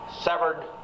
severed